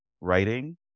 writing